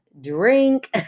Drink